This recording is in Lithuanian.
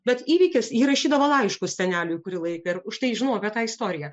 bet įvykis ji rašydavo laiškus seneliui kurį laiką už tai žinau apie tą istoriją